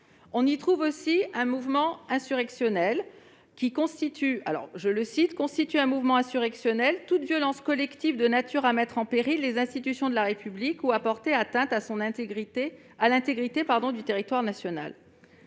On y trouve aussi une définition du mouvement insurrectionnel :« Constitue un mouvement insurrectionnel toute violence collective de nature à mettre en péril les institutions de la République ou à porter atteinte à l'intégrité du territoire national.